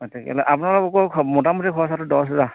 অঁ তাকে আপোনালোকৰ মোটামুটি খৰচাটো দহহেজাৰ